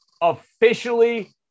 officially